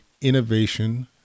innovation